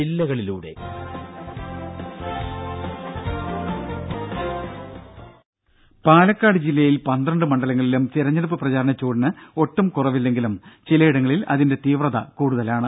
രുഭ പാലക്കാട് ജില്ലയിൽ പന്ത്രണ്ട് മണ്ഡലങ്ങളിലും തിരഞ്ഞെടുപ്പ് പ്രചാരണ ചൂടിന് ഒട്ടും കുറവില്ലെങ്കിലും ചിലയിടങ്ങളിൽ അതിന്റെ തീവ്രത കൂടുതലാണ്